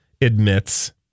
Admits